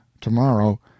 tomorrow